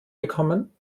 bekommen